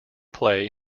play